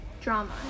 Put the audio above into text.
drama